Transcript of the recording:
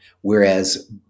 Whereas